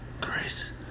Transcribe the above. Grace